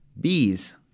Bees